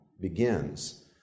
begins